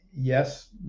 yes